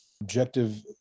objective